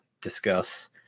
discuss